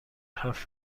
حرف